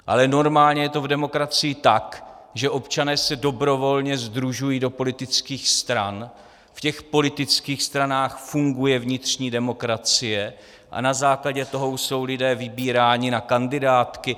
Ale normálně je to v demokracii tak, že občané se dobrovolně sdružují do politických stran, v těch politických stranách funguje vnitřní demokracie a na základě toho jsou lidé vybíráni na kandidátky.